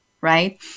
right